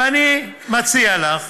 ואני מציע לך